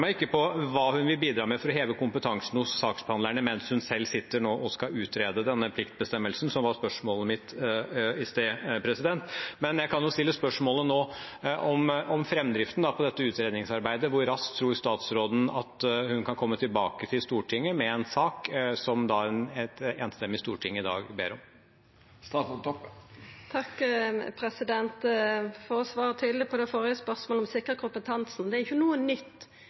ikke på hva hun vil bidra med for å heve kompetansen hos saksbehandlerne mens hun selv nå sitter og skal utrede denne pliktbestemmelsen, som var spørsmålet mitt i sted. Men jeg kan jo stille spørsmål nå om framdriften på dette utredningsarbeidet. Hvor raskt tror statsråden hun kan komme tilbake til Stortinget med en sak, som et enstemmig storting i dag ber om? For å svara tydeleg på det førre spørsmålet om å sikra kompetansen: Det er ikkje noko nytt